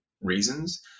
reasons